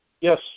Yes